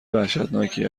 وحشتناکی